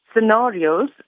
scenarios